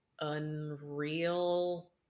unreal